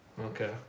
okay